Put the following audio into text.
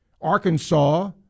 Arkansas